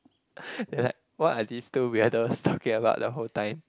they like what are this two weirdos talking about the whole time